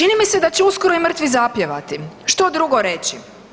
Čini mi se da će uskoro i mrtvi zapjevati, što drugo reći?